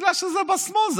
בגלל שזה בשמאל,